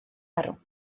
arw